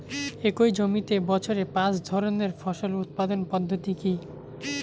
একই জমিতে বছরে পাঁচ ধরনের ফসল উৎপাদন পদ্ধতি কী?